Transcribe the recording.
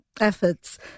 efforts